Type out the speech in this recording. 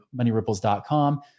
moneyripples.com